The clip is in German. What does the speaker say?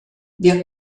wir